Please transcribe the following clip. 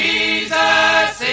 Jesus